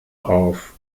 auf